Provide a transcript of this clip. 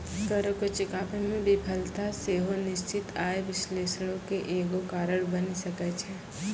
करो के चुकाबै मे विफलता सेहो निश्चित आय विश्लेषणो के एगो कारण बनि सकै छै